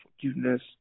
forgiveness